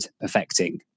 affecting